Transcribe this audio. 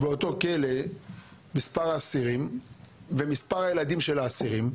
באותו בית כלא את מספר האסירים ומספר הילדים של האסירים.